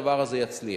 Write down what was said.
הדבר הזה יצליח.